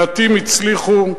מעטים הצליחו,